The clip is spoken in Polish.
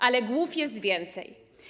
Ale głów jest więcej.